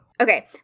okay